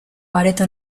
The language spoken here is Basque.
areto